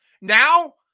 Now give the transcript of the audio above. Now